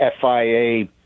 FIA